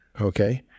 Okay